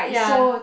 ya